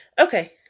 okay